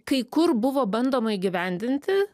kai kur buvo bandoma įgyvendinti